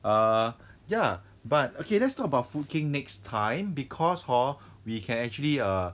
err ya but okay let's talk about food king next time because hor we can actually uh